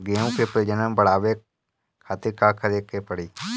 गेहूं के प्रजनन बढ़ावे खातिर का करे के पड़ी?